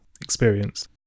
experience